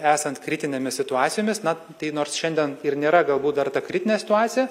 esant kritinėmis situacijomis na tai nors šiandien ir nėra galbūt dar ta kritinė situacija